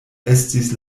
estis